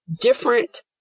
different